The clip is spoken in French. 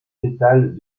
s’étale